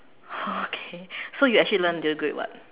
okay so you actually learn to grade what